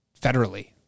federally